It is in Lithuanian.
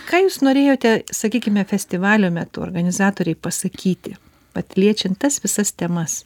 ką jūs norėjote sakykime festivalio metu organizatoriai pasakyti vat liečiant tas visas temas